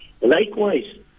Likewise